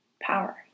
power